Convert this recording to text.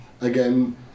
again